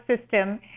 system